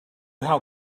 how